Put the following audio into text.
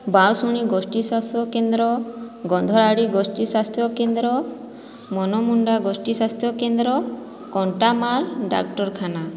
ବାଉଁଶୁଣୀ ଗୋଷ୍ଠୀ ସ୍ଵାସ୍ଥ୍ୟ କେନ୍ଦ୍ର ଗନ୍ଧରାଡ଼ି ଗୋଷ୍ଠୀ ସ୍ଵାସ୍ଥ୍ୟ କେନ୍ଦ୍ର ମନମୁଣ୍ଡା ଗୋଷ୍ଠୀ ସ୍ଵାସ୍ଥ୍ୟ କେନ୍ଦ୍ର କଣ୍ଟାମାଲ୍ ଡାକ୍ଟରଖାନା